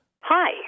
Hi